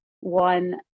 one